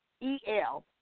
E-L